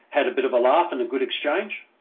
had a bit of a laugh and a good exchange.